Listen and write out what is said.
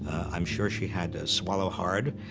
i'm sure she had to swallow hard,